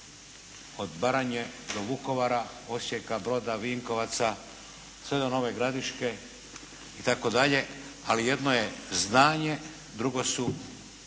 od Baranje do Vukovara, Osijeka, Broda, Vinkovaca sve do Nove Gradiške itd. ali jedno je znanje, drugo su